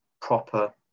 proper